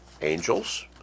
angels